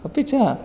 अपि च